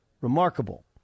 remarkable